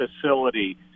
facility